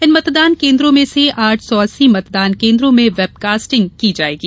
इन मतदान केन्द्रों में से आठ सौ अस्सी मतदान केन्द्रों में वेब कास्टिंग की जायेगी